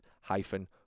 hyphen